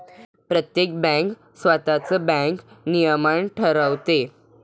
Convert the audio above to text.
प्रत्येक बँक स्वतःच बँक नियमन ठरवते